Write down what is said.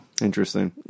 Interesting